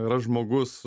yra žmogus